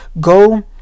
go